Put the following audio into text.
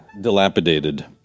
Dilapidated